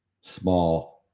small